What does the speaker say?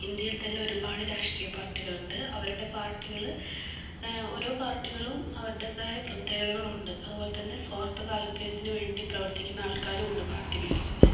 ഇന്ത്യയിൽ തന്നെ ഒരുപാട് രാഷ്ട്രീയ പാർട്ടികളുണ്ട് അവരുടെ പാർട്ടികള് ഓരോ പാർട്ടികളും അവരുടേതായ പ്രത്യേകതകളും ഉണ്ട് അതുപോലെതന്നെ സ്വാർത്ഥ താല്പര്യത്തിന് വേണ്ടി പ്രവർത്തിക്കുന്ന ആൾക്കാരുണ്ട് പാർട്ടികളിൽ തന്നെ